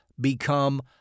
become